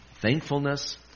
Thankfulness